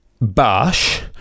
Bash